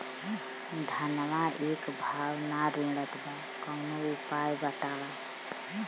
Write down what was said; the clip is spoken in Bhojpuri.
धनवा एक भाव ना रेड़त बा कवनो उपाय बतावा?